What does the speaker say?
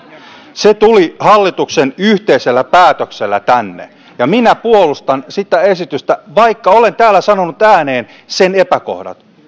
se tuli hallituksen yhteisellä päätöksellä tänne ja minä puolustan sitä esitystä vaikka olen täällä sanonut ääneen sen epäkohdat